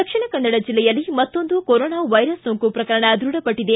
ದಕ್ಷಿಣಕನ್ನಡ ಜಿಲ್ಲೆಯಲ್ಲಿ ಮತ್ತೊಂದು corona virus ಸೋಂಕು ಪ್ರಕರಣ ದೃಢಪಟ್ಟದೆ